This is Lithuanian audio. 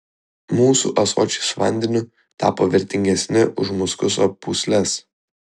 mūsų ąsočiai su vandeniu tapo vertingesni už muskuso pūsles